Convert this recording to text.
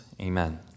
amen